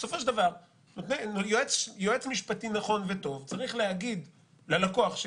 בסופו של דבר יועץ משפטי נכון וטוב צריך להגיד ללקוח שלו,